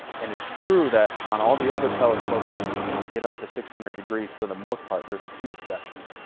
and it's true that on all the other pellet smokers you can't get up to six hundred degrees for the most part. there's a few exceptions,